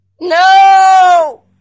No